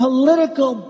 political